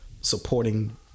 supporting